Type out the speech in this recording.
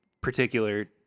particular